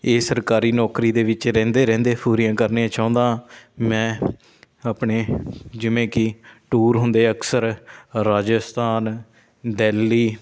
ਇਹ ਸਰਕਾਰੀ ਨੌਕਰੀ ਦੇ ਵਿੱਚ ਰਹਿੰਦੇ ਰਹਿੰਦੇ ਪੂਰੀਆਂ ਕਰਨੀਆਂ ਚਾਹੁੰਦਾ ਮੈਂ ਆਪਣੇ ਜਿਵੇਂ ਕਿ ਟੂਰ ਹੁੰਦੇ ਅਕਸਰ ਰਾਜਸਥਾਨ ਦੈਲੀ